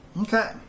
okay